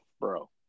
bro